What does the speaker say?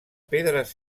pedres